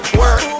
work